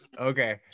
okay